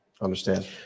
understand